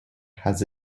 has